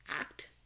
act